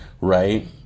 right